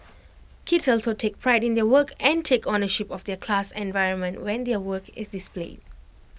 kids also take pride in their work and take ownership of their class environment when their work is displayed